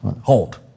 Hold